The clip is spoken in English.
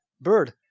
bird